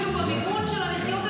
אפילו במימון של לחיות את,